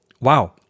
wow